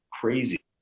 crazy